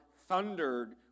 thundered